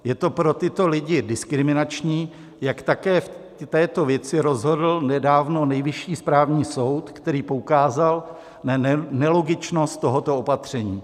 Je to pro tyto lidi diskriminační, jak také v této věci rozhodl nedávno Nejvyšší správní soud, který poukázal na nelogičnost tohoto opatření.